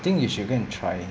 think you should go and try